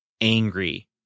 angry